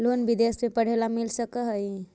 Loan विदेश में पढ़ेला मिल सक हइ?